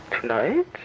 Tonight